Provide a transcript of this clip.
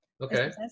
Okay